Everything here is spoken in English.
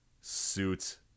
Suit